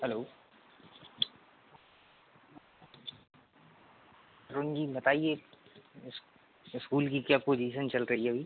hello हाँ जी बताइए इस्कूल की क्या पोजीसन चल रही अभी